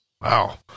Wow